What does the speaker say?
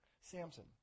Samson